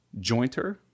jointer